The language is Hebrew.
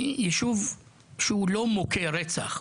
הישוב הזה הוא לא יישוב מוכה רצח,